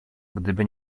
gdyby